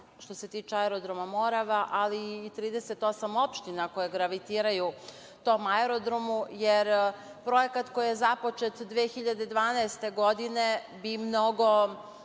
što se tiče Aerodroma Morava, ali i 38 opština koje gravitiraju tom aerodromu, jer projekat koji je započet 2012. godine bi mnogo